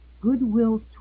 goodwill